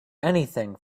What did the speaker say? anything